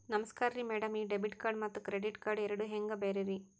ನಮಸ್ಕಾರ್ರಿ ಮ್ಯಾಡಂ ಈ ಡೆಬಿಟ ಮತ್ತ ಕ್ರೆಡಿಟ್ ಕಾರ್ಡ್ ಎರಡೂ ಹೆಂಗ ಬ್ಯಾರೆ ರಿ?